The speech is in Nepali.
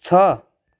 छ